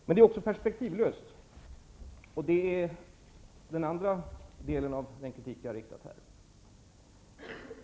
Men det är också perspektivlöst, och detta är den andra delen av den kritik jag framfört.